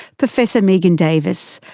professor megan davis,